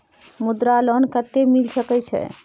मुद्रा लोन कत्ते मिल सके छै?